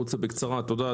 תודה,